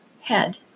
head